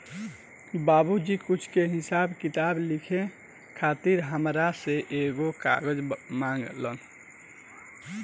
बाबुजी कुछ के हिसाब किताब लिखे खातिर हामरा से एगो कागज मंगलन